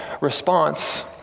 response